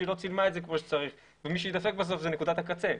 שלא צילמה את זה כמו שצריך ומי שיידפק בסוף זאת נקודת הקצה.